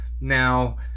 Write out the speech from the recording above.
Now